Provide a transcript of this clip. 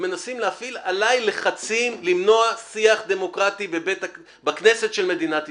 ומנסים להפעיל עליי לחצים למנוע שיח דמוקרטי בכנסת של מדינת ישראל.